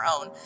own